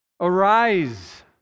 Arise